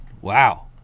Wow